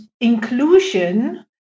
inclusion